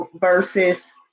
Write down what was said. versus